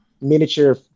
miniature